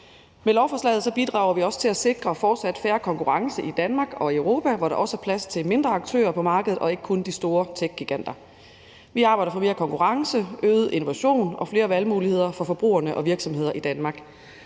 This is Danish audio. Med lovforslaget bidrager vi også til at sikre fortsat fair konkurrence i Danmark og i Europa, hvor der også er plads til mindre aktører på markedet og ikke kun de store techgiganter. Vi arbejder for mere konkurrence, øget innovation og flere valgmuligheder for forbrugerne og virksomheder i Danmark.